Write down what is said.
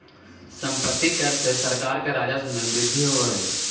सम्पत्ति कर से सरकार के राजस्व में वृद्धि होवऽ हई